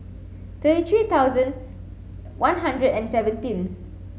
thirty three thousand one hundred and seventeen